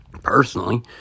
personally